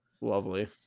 Lovely